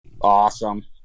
Awesome